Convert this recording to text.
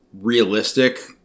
realistic